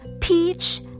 peach